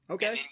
Okay